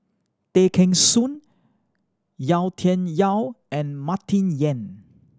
Tay Kheng Soon Yau Tian Yau and Martin Yan